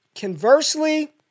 conversely